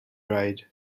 ride